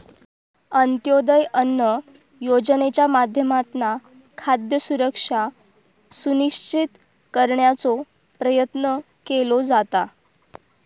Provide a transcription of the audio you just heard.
अंत्योदय अन्न योजनेच्या माध्यमातना खाद्य सुरक्षा सुनिश्चित करण्याचो प्रयत्न केलो जाता